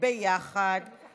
יוליה מלינובסקי קונין,